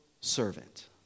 servant